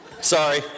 Sorry